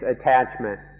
attachment